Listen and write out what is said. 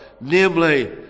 namely